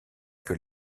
que